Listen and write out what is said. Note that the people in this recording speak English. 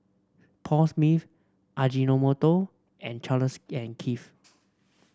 Paul Smith Ajinomoto and Charles and Keith